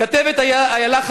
הכתבת איילה,